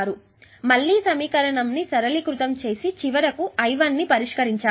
కాబట్టి మళ్ళీ సమీకరణం ని సరళీకృతం చేసి చివరకు I1 ని పరిష్కరించాలి